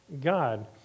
God